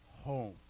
home